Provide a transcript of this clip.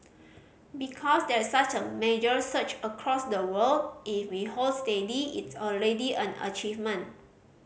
because there's such a major surge across the world if we hold steady it's already an achievement